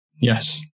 Yes